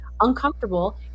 uncomfortable